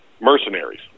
mercenaries